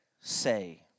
say